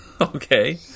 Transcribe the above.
Okay